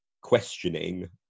questioning